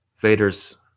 Vader's